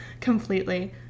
completely